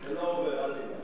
זה לא עובר, אל תדאג.